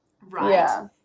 Right